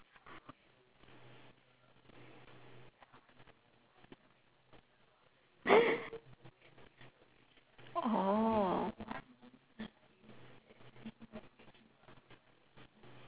oh